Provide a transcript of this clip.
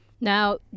Now